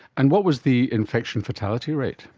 and what was the infection fatality rate?